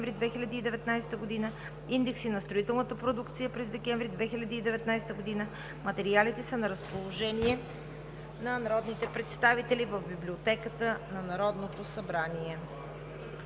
месец декември 2019 г.; индекси на строителната продукция през месец декември 2019 г. Материалите са на разположение на народните представители в Библиотеката на Народното събрание.